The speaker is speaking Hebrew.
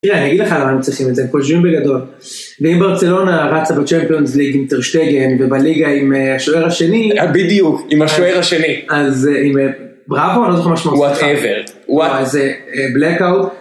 תראה, אני אגיד לך למה אנחנו צריכים את זה, הם חושבים בגדול. ואם ברצלונה רצה בצ'מפיונס ליג אינטרשטגן ובליגה עם השוער השני... בדיוק, עם השוער השני. אז עם... בראבו? אני לא זוכר מה שמו. וואט אייבר. וואט. אז בלאקאו...